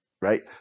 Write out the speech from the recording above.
right